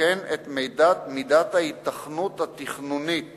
וכן את מידת ההיתכנות התכנונית